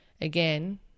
again